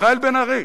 מיכאל בן-ארי.